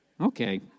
Okay